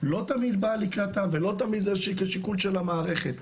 לא תמיד באה לקראתם ולא תמיד זה השיקול של המערכת.